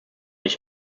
ich